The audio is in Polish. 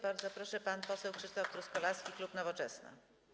Bardzo proszę, pan poseł Krzysztof Truskolaski, klub Nowoczesna.